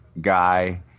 guy